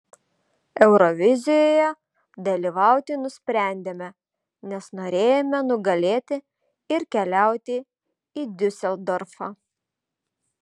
eurovizijoje dalyvauti nusprendėme nes norėjome nugalėti ir keliauti į diuseldorfą